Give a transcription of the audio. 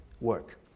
work